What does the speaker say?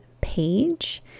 Page